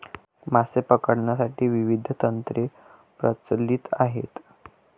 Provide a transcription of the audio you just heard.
मासे पकडण्यासाठी विविध तंत्रे प्रचलित आहेत